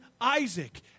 Isaac